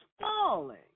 falling